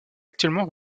actuellement